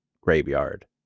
graveyard